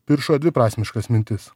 piršo dviprasmiškas mintis